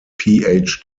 phd